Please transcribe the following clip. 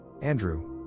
Andrew